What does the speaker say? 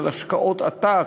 על השקעות עתק,